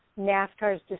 NASCAR's